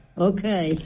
Okay